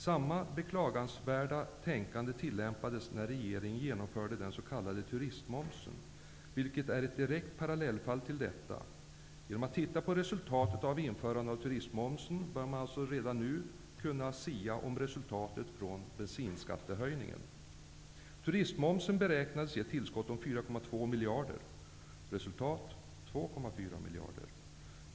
Samma beklagansvärda tänkande tillämpades då den s.k. turistmomsen infördes, vilket är ett direkt parallellfall till detta. Genom att se på resultatet av införandet av turistmomsen bör man alltså redan nu kunna sia om resultatet av bensinskattehöjningen. miljarder. Resultatet blev 2,4 miljarder.